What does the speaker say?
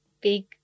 big